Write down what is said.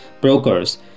brokers